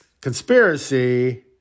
conspiracy